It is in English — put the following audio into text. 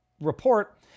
report